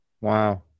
Wow